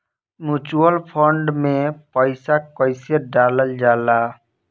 Mutual fund मे पईसा कइसे डालल जाला?